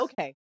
okay